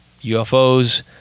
UFOs